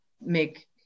make